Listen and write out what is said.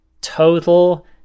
total